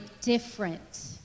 different